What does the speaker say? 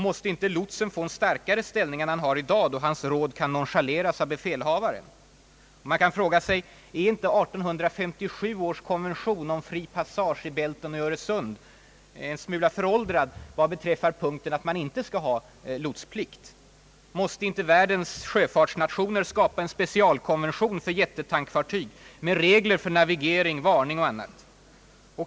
Måste inte lotsen få en starkare ställning än han har i dag då hans råd kan nonchaleras av befälhavaren? Man kan fråga sig om inte 1857 års konvention om fri passage i Bälten och i Öresund är en smula föråldrad vad beträffar punkten att man inte skall ha lotsplikt. Måste inte världens sjöfartsnationer skapa en specialkonvention för jättetankfartyg med regler för navigering, varning och annat?